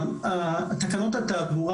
תקנות התעבורה